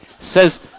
Says